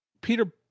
Peter